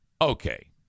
Okay